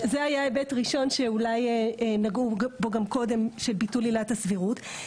אז זה היה היבט ראשון שאולי נגעו בו גם קודם של ביטול עילת הסבירות.